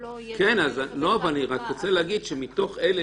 לא יהיה --- אני רק רוצה להגיד שמתוך אלה